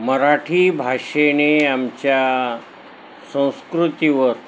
मराठी भाषेने आमच्या संस्कृतीवर